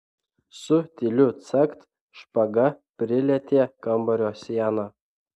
su tyliu cakt špaga prilietė kambario sieną